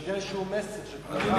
ישדר איזה מסר של תמיכה.